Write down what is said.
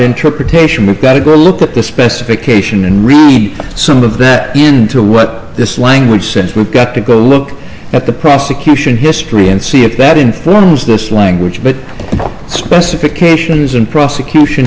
interpretation we've got to go look at the specification and read some of that into what this language since we've got to go look at the prosecution history and see if that informs this language but the specification is in prosecution